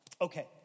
Okay